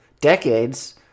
decades